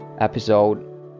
episode